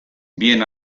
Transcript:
bien